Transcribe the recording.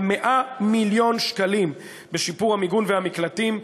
100 מיליון שקלים בשיפור המיגון והמקלטים,